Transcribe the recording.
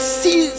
see